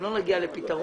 אם לא נגיע לפתרון,